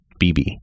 BB